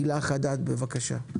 הילה חדד, בבקשה.